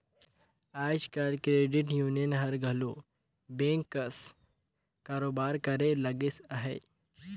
आएज काएल credit union हर घलो बेंक कस कारोबार करे लगिस अहे